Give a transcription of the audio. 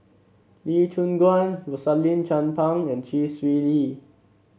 Lee Choon Guan Rosaline Chan Pang and Chee Swee Lee